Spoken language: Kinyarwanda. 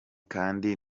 kandi